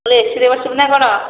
ତୁ ଏସିରେ ବସିବୁ ନା କ'ଣ